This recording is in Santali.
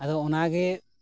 ᱟᱫᱚ ᱚᱱᱟ ᱜᱮ